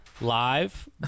live